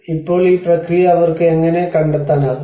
ഇപ്പോൾ ഈ പ്രക്രിയ അവർക്ക് എങ്ങനെ കണ്ടെത്താനാകും